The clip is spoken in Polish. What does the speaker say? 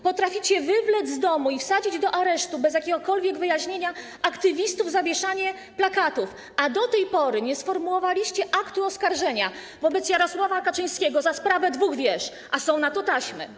Potraficie wywlec z domu i wsadzić do aresztu bez jakiegokolwiek wyjaśnienia aktywistów za wieszanie plakatów, a do tej pory nie sformułowaliście aktu oskarżenia wobec Jarosława Kaczyńskiego za sprawę dwóch wież, a są na to taśmy.